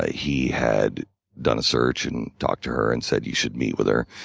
ah he had done a search and talked to her and said you should meet with her.